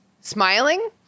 smiling